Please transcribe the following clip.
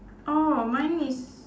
orh mine is